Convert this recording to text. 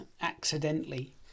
accidentally